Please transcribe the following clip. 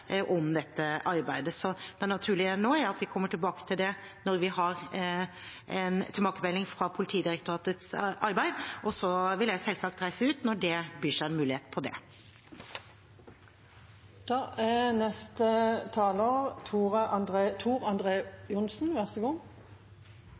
om dette arbeidet. Det naturlige nå er at vi kommer tilbake til det når vi har en tilbakemelding fra Politidirektoratets arbeid, og så vil jeg selvsagt reise ut når det byr seg en mulighet